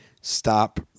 Stop